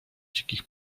dzikich